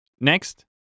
Next